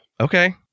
Okay